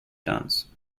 dance